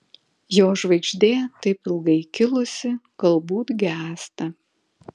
jo žvaigždė taip ilgai kilusi galbūt gęsta